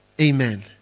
Amen